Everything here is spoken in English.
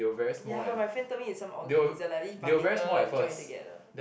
ya my friend told me it's some organism like leaf particle join together